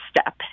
step